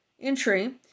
entry